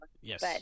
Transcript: Yes